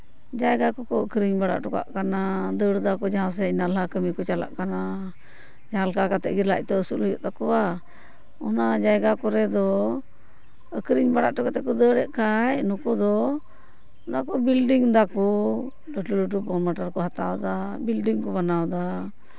ᱡᱟᱭᱜᱟ ᱠᱚ ᱟᱹᱠᱷᱨᱤᱧ ᱵᱟᱲᱟ ᱦᱚᱴᱚ ᱠᱟᱜ ᱠᱟᱱᱟ ᱫᱟᱹᱲ ᱫᱟᱠᱚ ᱡᱟᱦᱟᱸ ᱥᱮᱜ ᱱᱟᱞᱦᱟ ᱠᱟᱹᱢᱤ ᱠᱚ ᱪᱟᱞᱟᱜ ᱠᱟᱱᱟ ᱡᱟᱦᱟᱸ ᱞᱮᱠᱟ ᱠᱟᱛᱮᱫ ᱜᱮ ᱞᱟᱡᱽᱛᱚ ᱟᱹᱥᱩᱞ ᱦᱩᱭᱩᱜ ᱛᱟᱠᱚᱣᱟ ᱚᱱᱟ ᱡᱟᱭᱜᱟ ᱠᱚᱨᱮ ᱫᱚ ᱟᱹᱠᱷᱨᱤᱧ ᱵᱟᱲᱟ ᱠᱟᱛᱮᱫ ᱠᱚ ᱫᱟᱹᱲᱮᱜ ᱠᱷᱟᱡ ᱱᱩᱠᱩ ᱫᱚ ᱚᱱᱟ ᱠᱚ ᱵᱤᱞᱰᱤᱝ ᱫᱟᱠᱚ ᱞᱟᱹᱴᱩ ᱞᱟᱹᱴᱩ ᱯᱨᱳᱢᱳᱴᱟᱨ ᱠᱚ ᱦᱟᱛᱟᱣᱫᱟ ᱵᱤᱞᱰᱤᱝ ᱠᱚ ᱵᱮᱱᱟᱣᱫᱟ